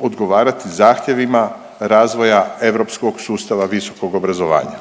odgovarati zahtjevima razvoja europskog sustava visokog obrazovanja.